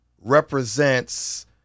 represents